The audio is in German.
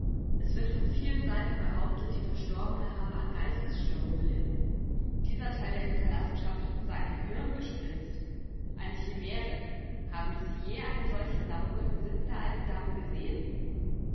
es wird von vielen seiten behauptet die verstorbene habe an geistesstörung gelitten dieser teil der hinterlassenschaft sei ein hirngespinst eine chimäre haben sie je eine solche sammlung im besitz der alten dame gesehen